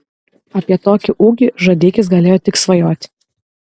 apie tokį ūgį žadeikis galėjo tik svajoti